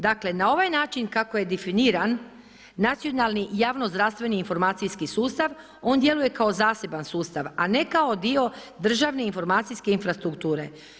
Dakle, na ovaj način kako je definiran, nacionalni, javno zdravstveni informacijski sustav, on djeluje kao zaseban sustav, a ne kao dio državne informacijske infrastrukture.